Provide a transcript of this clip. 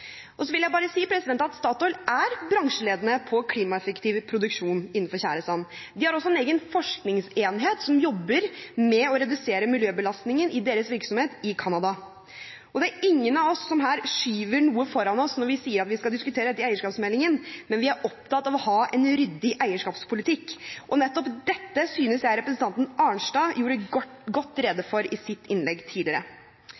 prosjektene. Så vil jeg bare si at Statoil er bransjeledende på klimaeffektiv produksjon innenfor tjæresand. De har også en egen forskningsenhet som jobber med å redusere miljøbelastningen i deres virksomhet i Canada. Det er ingen av oss som her skyver noe foran oss når vi sier at vi skal diskutere dette i forbindelse med eierskapsmeldingen, men vi er opptatt av å ha en ryddig eierskapspolitikk. Nettopp dette synes jeg representanten Arnstad gjorde godt